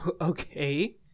Okay